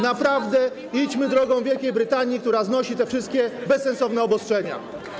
Naprawdę idźmy drogą Wielkiej Brytanii, która znosi te wszystkie bezsensowne obostrzenia.